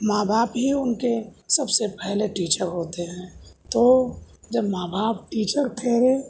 ماں باپ ہی ان کے سب سے پہلے ٹیچر ہوتے ہیں تو جب ماں باپ ٹیچر ٹھہرے